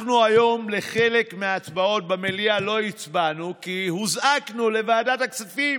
היום לא הצבענו בחלק מההצבעות במליאה כי הוזעקנו לוועדת הכספים